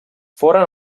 foren